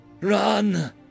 Run